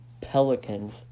Pelicans